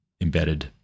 Embedded